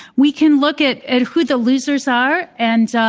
we can look at at who the losers are and,